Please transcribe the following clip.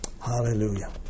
Hallelujah